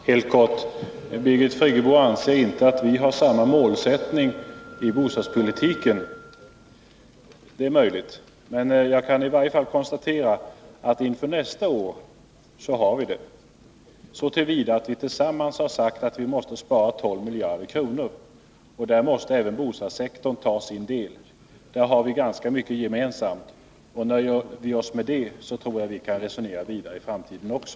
Herr talman! Helt kort: Birgit Friggebo anser inte att vi har samma målsättning i bostadspolitiken. Det är möjligt att det stämmer. Men jag kan i varje fall konstatera att inför nästa år har vi det, så till vida att vi tillsammans har sagt att vi måste spara 12 miljarder. Och då måste även bostadssektorn ta sin del. Därvidlag har vi ganska mycket gemensamt. Och nöjer vi oss med det tror jag att vi kan resonera vidare i framtiden också.